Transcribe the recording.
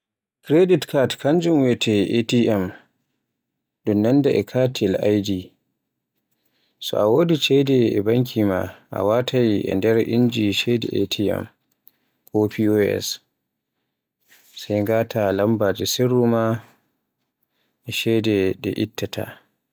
Kredit cat kanjum wiyeete ATM, ɗun nanda w katiyel ID, so a wodi ceede e banki maa a wataai e nder inji ceede ATM ko POS sai ngata lambaaji sirruka maa e ceede nde ittata.